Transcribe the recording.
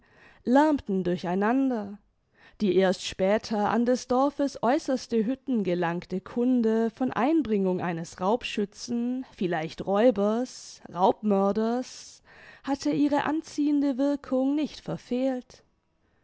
lärmten durch einander die erst später an des dorfes äußerste hütten gelangte kunde von einbringung eines raubschützen vielleicht räubers raubmörders hatte ihre anziehende wirkung nicht verfehlt